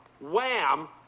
Wham